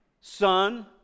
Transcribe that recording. Son